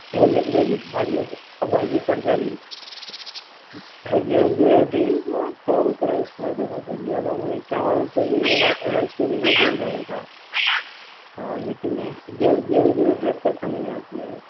veg ہی بھاجی ترکاری گیہوں کی روٹی تھوڑا بہت رائس کھایا تھا زیادہ میں چاول پہ بھی رائس پہ بھی کوئی زور نہیں دیتا لیکن گیہوں کی روٹی اکثر کھانے میں آتی ہے